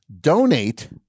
donate